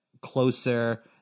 closer